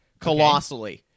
colossally